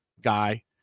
guy